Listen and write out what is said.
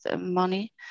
money